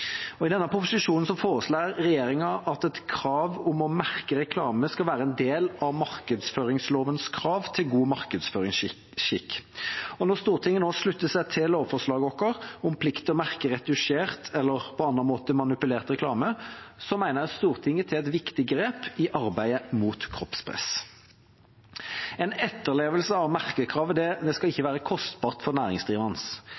I denne proposisjonen foreslår regjeringa at et krav om å merke reklame skal være en del av markedsføringslovens krav til god markedsføringsskikk. Når Stortinget nå slutter seg til lovforslaget vårt om plikt til å merke retusjert eller på annen måte manipulert reklame, mener jeg at Stortinget tar et viktig grep i arbeidet mot kroppspress. En etterlevelse av merkekravet skal ikke være kostbart for næringsdrivende. Vi skal